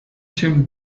się